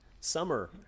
Summer